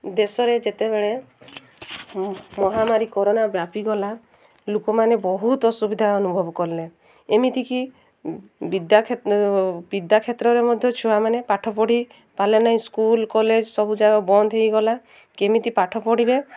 ଦେଶରେ ଯେତେବେଳେ ମହାମାରୀ କରୋନା ବ୍ୟାପିଗଲା ଲୋକମାନେ ବହୁତ ଅସୁବିଧା ଅନୁଭବ କଲେ ଏମିତିକି ବିଦ୍ୟା ବିଦ୍ୟା କ୍ଷେତ୍ରରେ ମଧ୍ୟ ଛୁଆମାନେ ପାଠ ପଢ଼ିପାରିଲେ ନାହିଁ ସ୍କୁଲ କଲେଜ୍ ସବୁ ଜାଗା ବନ୍ଦ ହେଇଗଲା କେମିତି ପାଠ ପଢ଼ିବେ